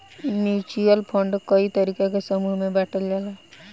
mutual fund कए तरीका के समूह में बाटल बा